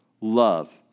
Love